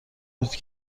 نکته